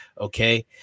Okay